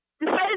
decided